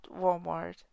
Walmart